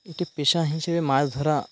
একটি পেশা হিসেবে মাছ ধরা